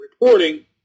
reporting